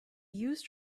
used